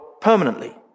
permanently